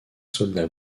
soldat